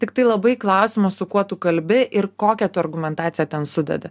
tiktai labai klausimas su kuo tu kalbi ir kokią tu argumentaciją ten sudedi